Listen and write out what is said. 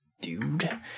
dude